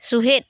ᱥᱩᱦᱮᱫ